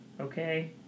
okay